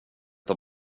tar